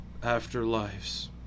afterlives